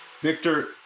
Victor